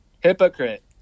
hypocrite